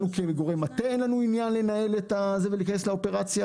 לנו כגורם מטה אין עניין לנהל את זה ולהיכנס לאופרציה,